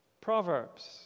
Proverbs